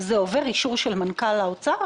זה עובר אישור של מנכ"ל האוצר?